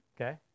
Okay